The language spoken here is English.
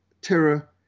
terror